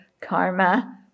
karma